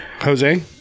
Jose